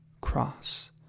cross